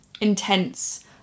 intense